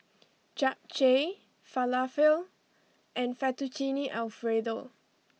Japchae Falafel and Fettuccine Alfredo